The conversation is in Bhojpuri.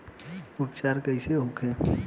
उपचार कईसे होखे?